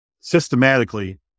systematically